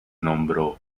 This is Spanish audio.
nombró